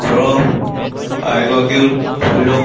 ঘৰৰ আইগৰাকীও ধৰি লওক